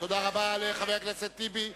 תודה רבה לחבר הכנסת טיבי.